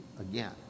again